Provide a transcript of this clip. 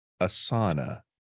Asana